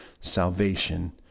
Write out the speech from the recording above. salvation